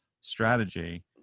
strategy